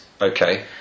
Okay